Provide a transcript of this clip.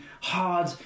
hard